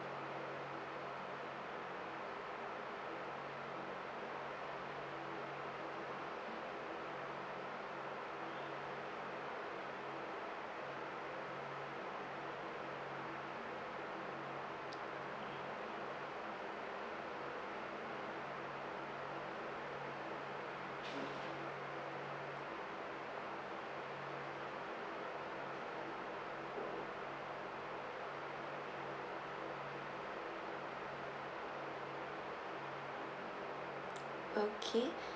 okay